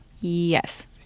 Yes